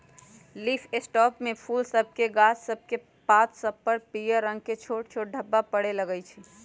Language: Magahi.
लीफ स्पॉट में फूल सभके गाछ सभकेक पात सभ पर पियर रंग के छोट छोट ढाब्बा परै लगइ छै